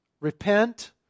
Repent